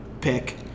pick